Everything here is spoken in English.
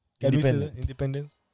independence